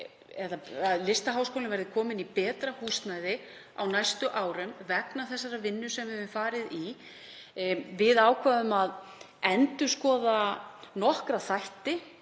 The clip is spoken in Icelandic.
að Listaháskólinn verði kominn í betra húsnæði á næstu árum vegna þeirrar vinnu sem við höfum farið í. Við ákváðum að endurskoða nokkra þætti